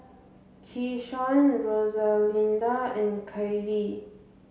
Keyshawn Rosalinda and Kailee